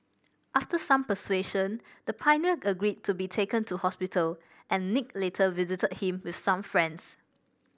after some persuasion the pioneer agreed to be taken to hospital and Nick later visited him with some friends